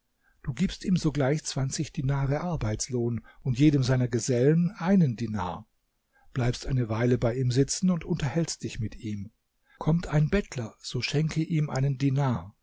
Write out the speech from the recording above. du gibst ihm sogleich zwanzig dinare arbeitslohn und jedem seiner gesellen einen dinar bleibst eine weile bei ihm sitzen und unterhältst dich mit ihm kommt ein bettler so schenke ihm einen dinar